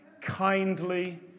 kindly